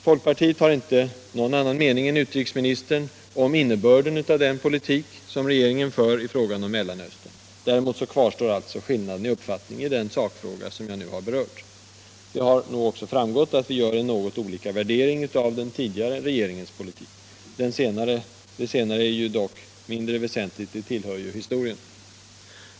Folkpartiet har inte någon annan mening än utrikesministern om innebörden av den politik regeringen för i fråga om Mellanöstern. Däremot kvarstår alltså skillnaden i uppfattning i den sakfråga jag nu har berört. Det har nog också framgått att vi gör något olika värderingar av den tidigare regeringens politik. Det senare är dock mindre väsentligt — det tillhör ju historien.